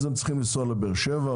אז הם צריכים לנסוע לבאר שבע,